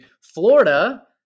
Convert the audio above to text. Florida